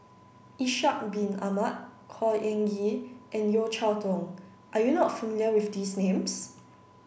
Ishak Bin Ahmad Khor Ean Ghee and Yeo Cheow Tong are you not familiar with these names